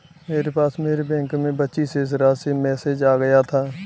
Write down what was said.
मेरे पास मेरे बैंक में बची शेष राशि का मेसेज आ गया था